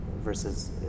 versus